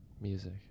Music